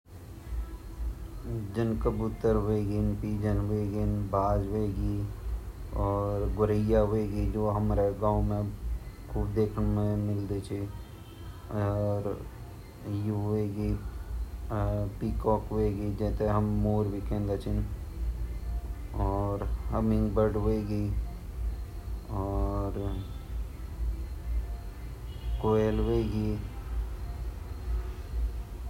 संसार मा भोत लाखो तरहका पक्षी वोन्दा अर उते बचोणो सरकार भोत काम कान लगी ची पर जन मैन-मैन पक्छी छिन तोता छिन अर ऑस्ट्रिच छिन ऑस्ट्रिच भोत मुश्किल से मिलदा दुनिया मा।